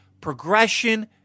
progression